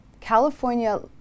California